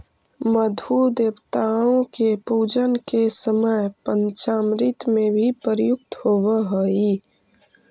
मधु देवताओं के पूजन के समय पंचामृत में भी प्रयुक्त होवअ हई